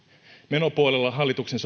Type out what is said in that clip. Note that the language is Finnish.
menopuolella hallituksen